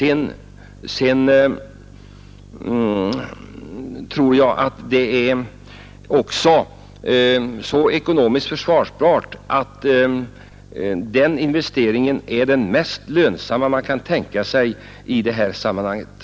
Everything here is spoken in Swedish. En sådan investering är ekonomiskt försvarbar, den mest lönsamma man kan tänka sig i det här sammanhanget.